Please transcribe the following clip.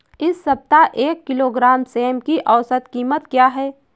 इस सप्ताह एक किलोग्राम सेम की औसत कीमत क्या है?